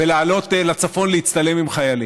ולעלות לצפון להצטלם עם חיילים.